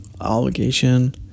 obligation